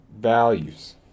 values